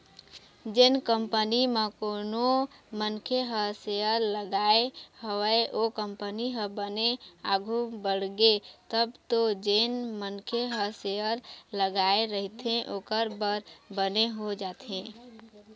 जेन कंपनी म कोनो मनखे ह सेयर लगाय हवय ओ कंपनी ह बने आघु बड़गे तब तो जेन मनखे ह शेयर लगाय रहिथे ओखर बर बने हो जाथे